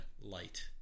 light